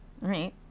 Right